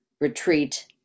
retreat